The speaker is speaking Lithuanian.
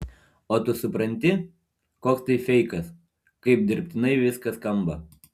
o tu supranti koks tai feikas kaip dirbtinai viskas skamba